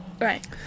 Right